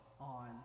on